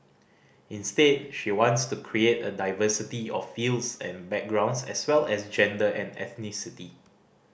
instead she wants to create a diversity of fields and backgrounds as well as gender and ethnicity